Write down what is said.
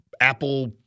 Apple